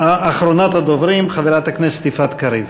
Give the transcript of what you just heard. אחרונת הדוברים, חברת הכנסת יפעת קריב.